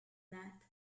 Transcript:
map